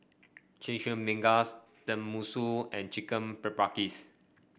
Chimichangas Tenmusu and Chicken Paprikas